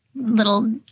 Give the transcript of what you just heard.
little